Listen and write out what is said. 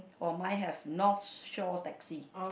or mine have north show taxi